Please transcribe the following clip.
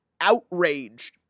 outraged